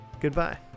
Goodbye